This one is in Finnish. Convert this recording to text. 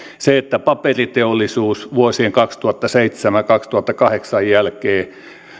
kun paperiteollisuus vuosien kaksituhattaseitsemän viiva kaksituhattakahdeksan jälkeen